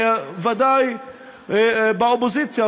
ודאי באופוזיציה,